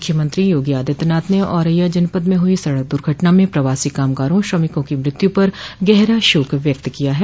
मुख्यमंत्री योगी आदित्यनाथ ने औरैया जनपद में हुई सड़क द्र्घटना में प्रवासी कामगारों श्रमिकों की मृत्यू पर गहरा शोक व्यक्त किया है